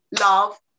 love